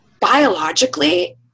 biologically